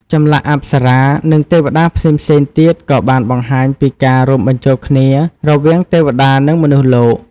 ចម្លាក់អប្សរានិងទេវតាផ្សេងៗទៀតក៏បានបង្ហាញពីការរួមបញ្ចូលគ្នារវាងទេវតានិងមនុស្សលោក។